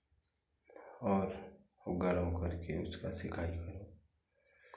और गरम करके उसका सेकाई